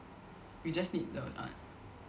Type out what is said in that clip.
you just the need the